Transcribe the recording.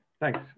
thanks